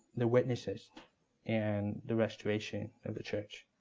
the witnesses and the restoration of the church,